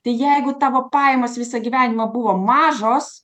tai jeigu tavo pajamos visą gyvenimą buvo mažos